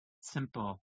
simple